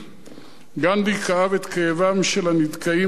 גנדי כאב את כאבם של הנדכאים והנחלשים.